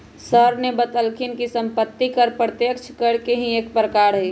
sir ने बतल खिन कि सम्पत्ति कर प्रत्यक्ष कर के ही एक प्रकार हई